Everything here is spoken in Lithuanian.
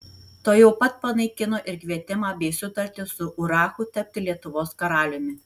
tuojau pat panaikino ir kvietimą bei sutartį su urachu tapti lietuvos karaliumi